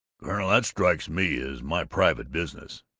colonel, that strikes me as my private business.